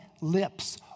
lips